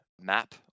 map